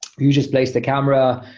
you just place the camera.